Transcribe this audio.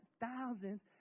Thousands